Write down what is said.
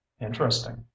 Interesting